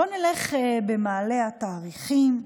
בואו נלך במעלה התאריכים.